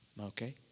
Okay